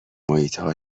محیطها